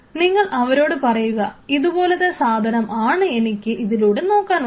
നിങ്ങൾ അവരോട് പറയുക ഇതുപോലെത്തെ സാധനം ആണ് എനിക്ക് ഇതിലൂടെ നോക്കാനുള്ളത്